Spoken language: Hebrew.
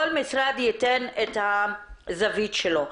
כל משרד ייתן את הזווית שלו.